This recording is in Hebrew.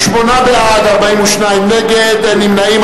שמונה בעד, 42 נגד, אין נמנעים.